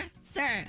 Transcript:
sir